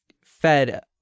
fed